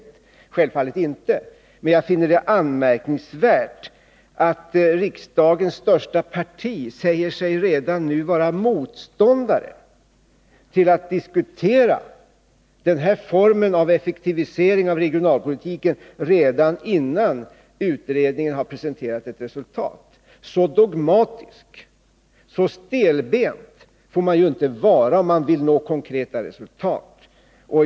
Det är det självfallet inte, men jag finner det anmärkningsvärt att riksdagens största parti säger sig vara motståndare till att diskutera den här formen av effektivisering av regionalpolitiken redan innan utredningen har presenterat ett resultat. Så dogmatisk, så stelbent får man inte vara, om man vill nå konkreta resultat.